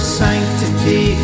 sanctity